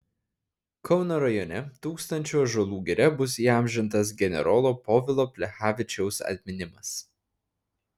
kauno rajone tūkstančių ąžuolų giria bus įamžintas generolo povilo plechavičiaus atminimas